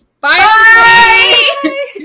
Bye